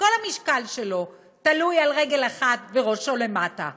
כשכל המשקל שלו תלוי על רגל אחת וראשו למטה.